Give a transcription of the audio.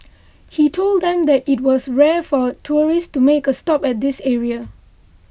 he told them that it was rare for tourists to make a stop at this area